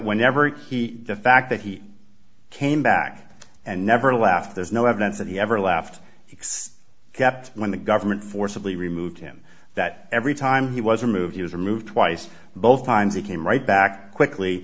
whenever he the fact that he came back and never left there's no evidence that he ever left he kept when the government forcibly removed him that every time he was removed he was removed twice both times he came right back quickly